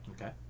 Okay